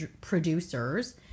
producers